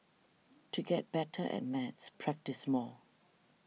to get better at maths practise more